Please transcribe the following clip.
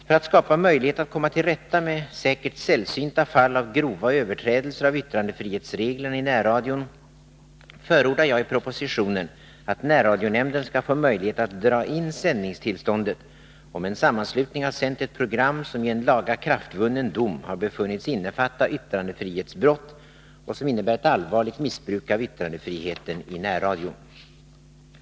För att skapa möjlighet att komma till rätta med säkert sällsynta fall av grova överträdelser av yttrandefrihetsreglerna i närradion förordar jag i propositionen att närradionämnden skall få möjlighet att dra in sändningstillståndet om en sammanslutning har sänt ett program som i en lagakraftvunnen dom har befunnits innefatta yttrandefrihetsbrott och som innebär ett allvarligt missbruk av yttrandefriheten i närradio.